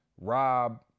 Rob